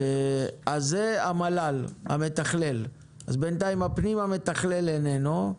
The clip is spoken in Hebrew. אז בינתיים, משרד הפנים המתכלל איננו,